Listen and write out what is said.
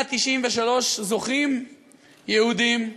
193 זוכים יהודים.